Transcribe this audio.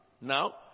Now